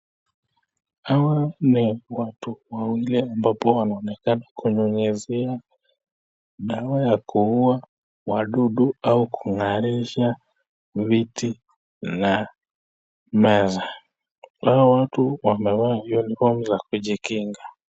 Hawa ni watu wawili ambapo wanaonekana kunyunyusia dawa ya kuuwa wadudu au kungarisha viti na meza. Hawa watu wamevaa nguo zao za kujikinga.